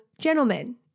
gentlemen